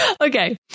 Okay